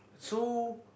so